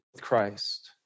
Christ